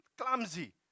clumsy